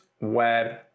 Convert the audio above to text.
web